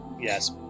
Yes